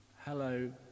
hello